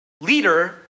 leader